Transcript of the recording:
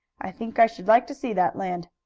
i think i should like to see that land.